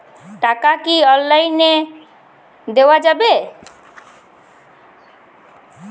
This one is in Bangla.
টাকা কি অনলাইনে দেওয়া যাবে?